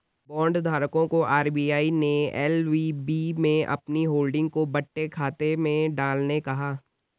bond धारकों को RBI ने एल.वी.बी में अपनी होल्डिंग को बट्टे खाते में डालने कहा